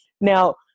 Now